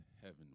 heaven